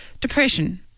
depression